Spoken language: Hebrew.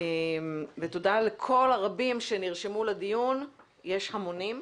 תודה לכל הרבים שנרשמו לדיון ויש המונים.